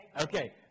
Okay